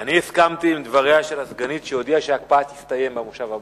אני הסכמתי עם הדברים של הסגנית שהודיעה שההקפאה תסתיים במושב הבא.